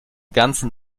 ganzen